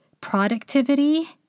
productivity